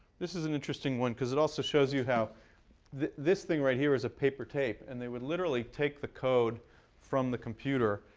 this is an interesting one because it also shows you how this thing right here is a paper tape. and they would literally take the code from the computer,